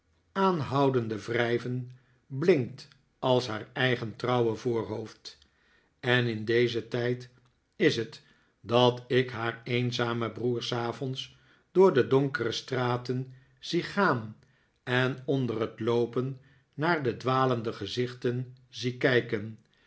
aanhoudende wrijven blinkt als haar eigen trouwe voorhoofd en in dezen tijd is het dat ik haar eenzamen broer s avonds door de donkere straten zie gaan en onder het loopen naar de dwalende gezichten zie kijken